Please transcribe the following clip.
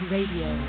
Radio